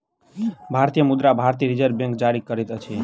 भारतीय मुद्रा भारतीय रिज़र्व बैंक जारी करैत अछि